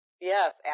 Yes